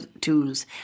tools